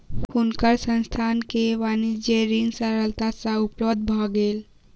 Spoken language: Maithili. हुनकर संस्थान के वाणिज्य ऋण सरलता सँ उपलब्ध भ गेल